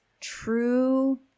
true